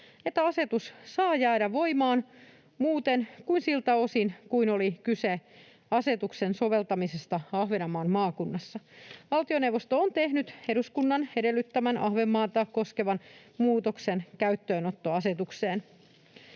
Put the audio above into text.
että asetus saa jäädä voimaan muuten kuin siltä osin kuin oli kyse asetuksen soveltamisesta Ahvenanmaan maakunnassa. Valtioneuvosto on tehnyt eduskunnan edellyttämän Ahvenanmaata koskevan muutoksen käyttöönottoasetukseen.